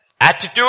Attitude